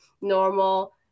normal